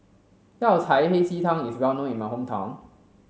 Yao Cai Hei Ji Tang is well known in my hometown